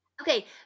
Okay